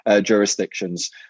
jurisdictions